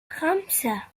خمسة